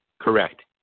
Correct